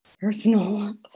personal